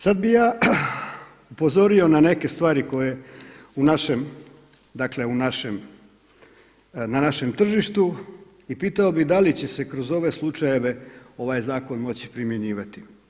Sada bih ja upozorio na neke stvari koje u našem, dakle u našem, na našem tržištu i pita bih da li će se kroz ove slučajeve ovaj zakon moći primjenjivati.